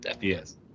Yes